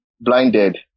blinded